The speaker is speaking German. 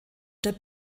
der